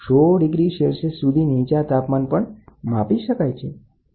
100° Celsius સુધીના નીચા તાપમાન પણ માપી શકાય છે